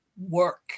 work